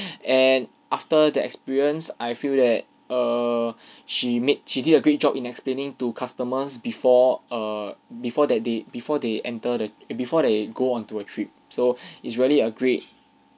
and after the experience I feel that err she made she did a great job in explaining to customers before err before that they before they enter the before they go onto a trip so it's really a great